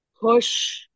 push